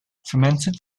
fermented